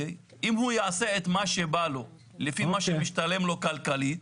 אם הוא יעשה את מה שבא לו לפי מה משתלם לו כלכלית,